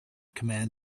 command